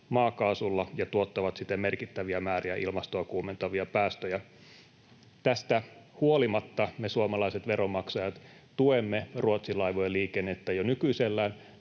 maakaasulla, ja tuottavat siten merkittäviä määriä ilmastoa kuumentavia päästöjä. Tästä huolimatta me suomalaiset veronmaksajat tuemme ruotsinlaivojen liikennettä jo nykyisellään